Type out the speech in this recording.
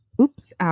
Oops